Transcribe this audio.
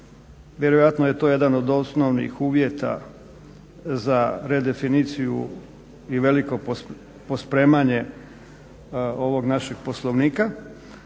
vjerojatno je to jedan od osnovnih uvjeta za redefiniciju i veliko pospremanje ovog našeg Poslovnika.